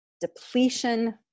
depletion